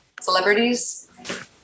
Celebrities